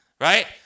Right